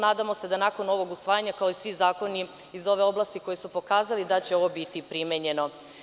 Nadamo se da nakon ovog usvajanja kao i svi zakoni iz ove oblasti koji su pokazali, da će ovo biti primenjeno.